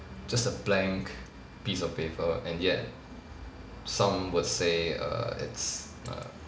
just a blank piece of paper and yet some would say err it's err